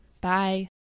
Bye